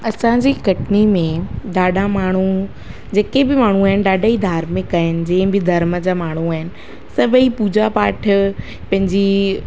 असांजी कटनी में ॾाढा माण्हू जेके बि माण्हू आहिनि ॾाढा धार्मिक आहिनि जंहिं बि धर्म जा माण्हू आहिनि सभई पूजा पाठ पंहिंजी